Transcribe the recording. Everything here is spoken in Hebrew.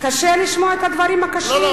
קשה לשמוע את הדברים הקשים?